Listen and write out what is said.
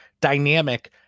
dynamic